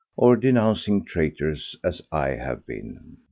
or denouncing traitors as i have been.